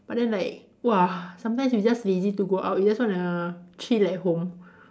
but then like !wah! sometimes you just lazy to go out you just want to chill at home